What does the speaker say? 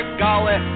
golly